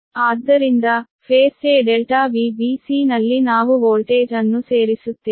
ಆದ್ದರಿಂದ ಹಂತ a ∆Vbc ನಲ್ಲಿ ನಾವು ವೋಲ್ಟೇಜ್ ಅನ್ನು ಸೇರಿಸುತ್ತೇವೆ